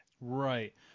Right